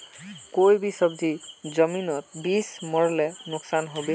कोई भी सब्जी जमिनोत बीस मरले नुकसान होबे?